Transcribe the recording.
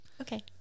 okay